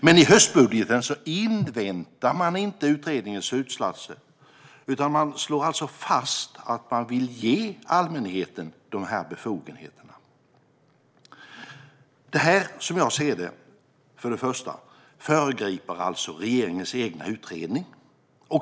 Men i höstbudgeten inväntar man inte utredningens slutsatser, utan man slår alltså fast att man vill ge allmänheten de här befogenheterna. För det första, som jag ser det, föregriper regeringen sin egen utredning.